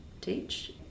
teach